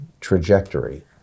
trajectory